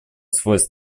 свойства